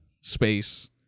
Space